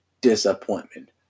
disappointment